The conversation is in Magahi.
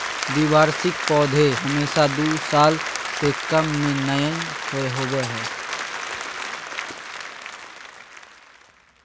द्विवार्षिक पौधे हमेशा दू साल से कम में नयय होबो हइ